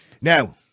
Now